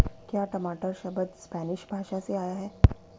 क्या टमाटर शब्द स्पैनिश भाषा से आया है?